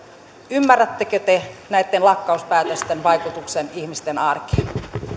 ymmärrättekö te näitten lakkautuspäätösten vaikutuksen ihmisten arkeen